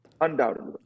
undoubtedly